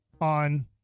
on